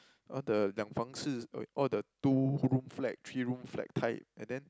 all the 两房式 all the two room flat three room flat kind and then